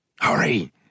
hurry